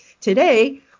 today